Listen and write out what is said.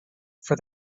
for